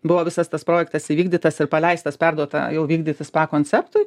buvo visas tas projektas įvykdytas ir paleistas perduota vykdyti spa konceptui